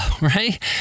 right